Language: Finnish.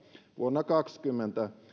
vuonna kaksikymmentä aiheutuvia